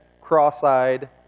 Cross-Eyed